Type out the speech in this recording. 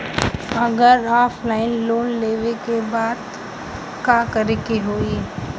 अगर offline loan लेवे के बा त का करे के होयी?